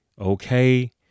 Okay